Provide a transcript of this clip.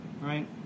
right